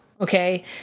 okay